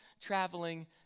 traveling